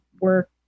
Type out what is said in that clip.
work